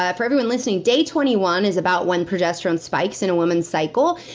ah for everyone listening, day twenty one is about when progesterone spikes in a woman's cycle.